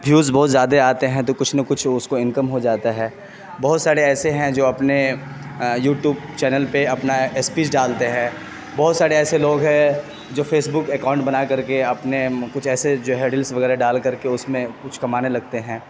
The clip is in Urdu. وھیوز بہت زیادہ آتے ہیں تو کچھ نہ کچھ اس کو انکم ہو جاتا ہے بہت سارے ایسے ہیں جو اپنے یوٹوب چینل پہ اپنا اسپیچ ڈالتے ہیں بہت سارے ایسے لوگ ہیں جو فیسبک اکاؤنٹ بنا کر کے اپنے کچھ ایسے جو ڑیڈلس وغیرہ ڈال کر کے اس میں کچھ کمانے لگتے ہیں